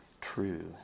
true